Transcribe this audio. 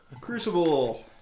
Crucible